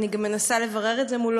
אני גם מנסה לברר את זה מולו.